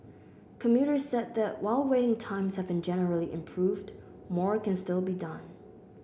commuters said that while waiting times have generally improved more can still be done